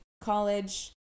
college